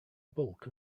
bulk